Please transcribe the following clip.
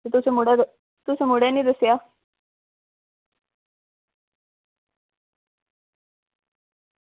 तुस मड़ो तुसें मुड़ा निं दस्सेआ